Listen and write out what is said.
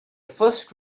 first